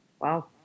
Wow